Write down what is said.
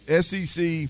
SEC